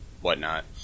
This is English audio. whatnot